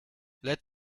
let